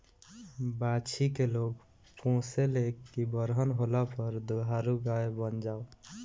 बाछी के लोग पोसे ले की बरहन होला पर दुधारू गाय बन जाओ